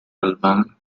album